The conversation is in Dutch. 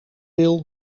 wil